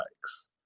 likes